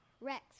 Rex